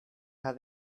how